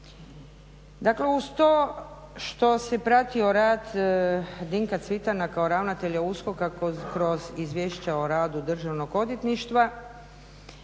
Dakle, uz to što se pratio rad Dinka Cvitana kao ravnatelja USKOK-a kroz izvješća o radu Državnog odvjetništva